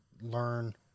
learn